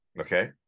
okay